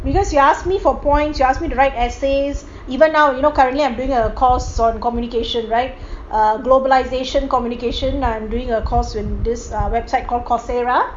because you asked me for points you ask me to write essays even now you know currently I'm doing course on communications right err globalization communication I'm doing a course on this wbesite called coursera